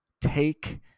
take